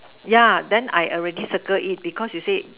yeah then I already circled it because you said